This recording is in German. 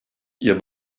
ihr